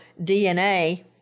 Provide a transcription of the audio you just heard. DNA